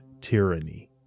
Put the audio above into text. tyranny